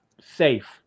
safe